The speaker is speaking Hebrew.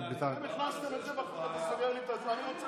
אנחנו ידענו שזה בסדר-היום בכלל?